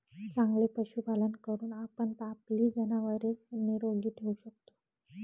चांगले पशुपालन करून आपण आपली जनावरे निरोगी ठेवू शकतो